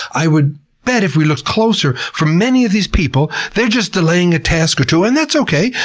i would bet if we looked closer, for many of these people they're just delaying a task or two and that's okay!